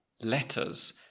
letters